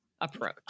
approach